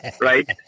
right